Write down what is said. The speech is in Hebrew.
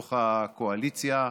בתוך הקואליציה,